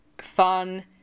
fun